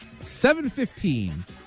715